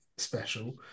Special